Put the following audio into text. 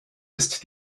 ist